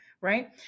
right